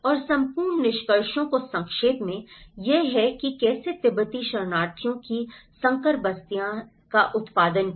और संपूर्ण निष्कर्षों को संक्षेप में यह है कि कैसे तिब्बती शरणार्थियों की संकर बस्तियां हैं का उत्पादन किया